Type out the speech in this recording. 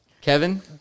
kevin